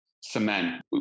cement